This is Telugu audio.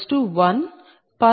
0 p